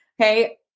Okay